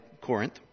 Corinth